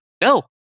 No